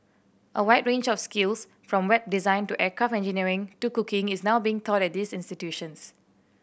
a wide range of skills from Web design to aircraft engineering to cooking is now being taught at these institutions